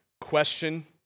question